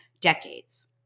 decades